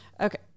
Okay